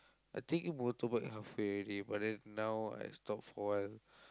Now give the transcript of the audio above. I taking motorbike halfway already but then now I stop for a while